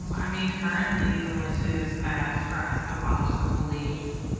i mean, currently the wish is that for us to abolish the police.